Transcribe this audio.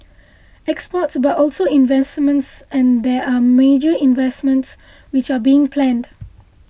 exports but also investments and there are major investments which are being planned